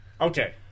Okay